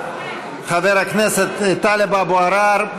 חבר הכנסת טלב אבו עראר,